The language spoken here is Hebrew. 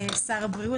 שר הבריאות,